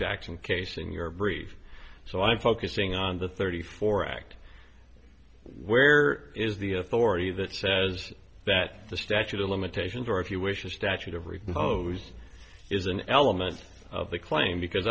jackson case in your brief so i'm focusing on the thirty four act where is the authority that says that the statute of limitations or if you wish a statute of repose is an element of the claim because